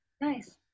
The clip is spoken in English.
nice